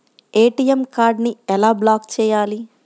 ATM కార్డుని ఎలా block చేయాలి?